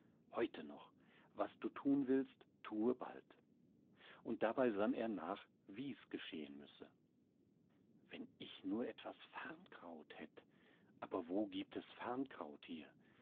heute noch was du thun willst thue bald und dabei sann er nach wie's geschehn müsse wenn ich nur etwas farrnkraut hätt aber wo giebt es farrnkraut hier